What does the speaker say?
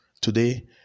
Today